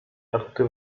atuty